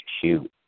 shoot